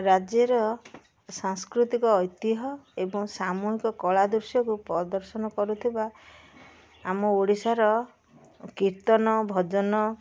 ରାଜ୍ୟର ସାଂସ୍କୃତିକ ଐତିହ୍ୟ ଏବଂ ସାମୟିକ କଳାଦୃଶ୍ୟକୁ ପ୍ରଦର୍ଶନ କରୁଥିବା ଆମ ଓଡ଼ିଶାର କୀର୍ତ୍ତନ ଭଜନ